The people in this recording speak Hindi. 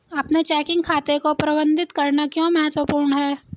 अपने चेकिंग खाते को प्रबंधित करना क्यों महत्वपूर्ण है?